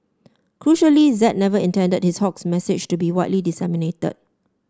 crucially Z never intended his hoax message to be widely disseminated